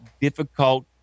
difficult